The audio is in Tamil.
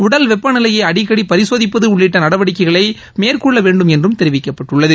உடல் வெப்பநிலையை அடிக்கடி பரிசோதிப்பது உள்ளிட்ட நடவடிக்கைகளை மேற்கொள்ள வேண்டுமென்றும் தெரிவிக்கப்பட்டுள்ளது